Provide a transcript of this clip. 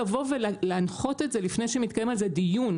לבוא ולהנחות את זה לפני שמתקיים על זה דיון,